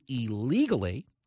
illegally